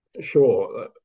Sure